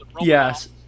Yes